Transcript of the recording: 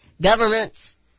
Governments